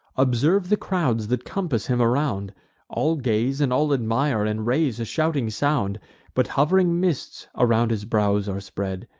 observe the crowds that compass him around all gaze, and all admire, and raise a shouting sound but hov'ring mists around his brows are spread,